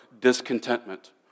discontentment